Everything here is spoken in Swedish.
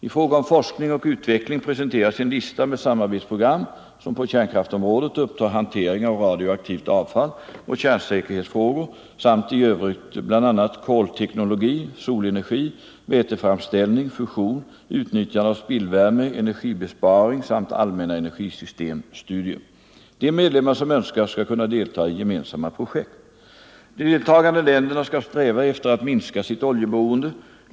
I fråga om forskning och utveckling presenteras en lista med samarbetsprogram som på kärnkraftsområdet upptar hantering av radioaktivt avfall och kärnsäkerhetsfrågor samt i övrigt bl.a. kolteknologi, solenergi, väteframställning, fusion, utnyttjande av spillvärme, energibesparing samt allmänna energisystemstudier. De medlemmar som önskar skall kunna delta i gemensamma projekt. 53 De deltagande länderna skall sträva efter att minska sitt oljeberoende.